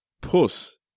Puss